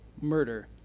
murder